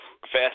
Fast